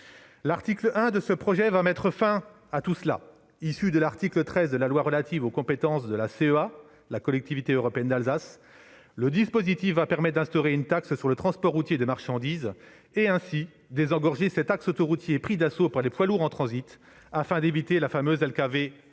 L'article 1 de ce projet va mettre fin à tout cela. Issu de l'article 13 de la loi relative aux compétences de la Collectivité européenne d'Alsace, le dispositif va permettre d'instaurer une taxe sur le transport routier de marchandises, et ainsi de désengorger cet axe autoroutier pris d'assaut par les poids lourds en transit, afin d'éviter la fameuse